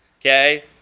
okay